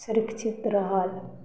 सुरक्षित रहल